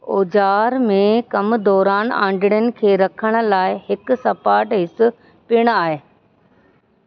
ओजार में कमु दौरानु आंडरीन खे रखण लाइ हिक सपाट हिस पिणु आहे